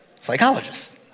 Psychologists